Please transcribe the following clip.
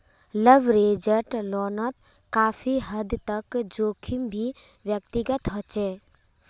leveraged लोनोत काफी हद तक जोखिम भी व्यक्तिगत होचे